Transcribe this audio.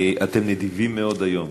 אתם נדיבים מאוד היום.